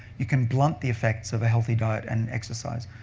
you can blunt the effects of a healthy diet and exercise.